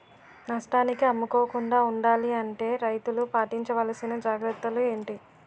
నష్టానికి అమ్ముకోకుండా ఉండాలి అంటే రైతులు పాటించవలిసిన జాగ్రత్తలు ఏంటి